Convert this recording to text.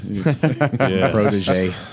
Protege